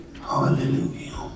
Hallelujah